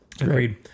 agreed